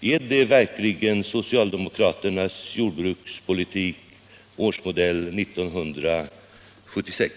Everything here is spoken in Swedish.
Är det verkligen socialdemokraternas jordbrukspolitik, årsmodell 1976?